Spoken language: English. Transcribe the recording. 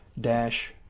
dash